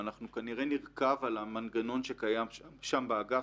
ואנחנו כנראה נרכב על המנגנון שקיים שם באגף.